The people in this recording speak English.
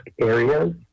areas